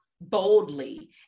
boldly